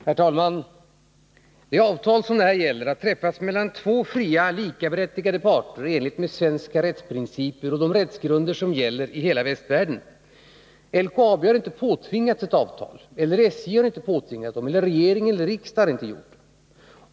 Herr talman! Det avtal som det här gäller har träffats mellan två fria, likaberättigade parter i enlighet med svenska rättsprinciper och de rättsgrunder som gäller i hela västvärlden. LKAB har inte påtvingats ett avtal av SJ — eller av regeringen eller riksdagen.